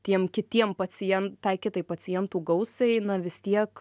tiem kitiem pacien tai kitai pacientų gausai na vis tiek